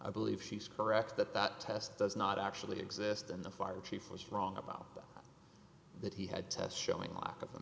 i believe she's correct that that test does not actually exist in the fire chief was wrong about that he had tests showing a lack of